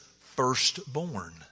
firstborn